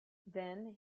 then